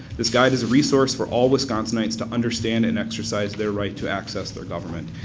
this guide is a resource for all wisconsonites to understand and exercise their right to access their government.